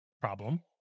problem